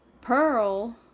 Pearl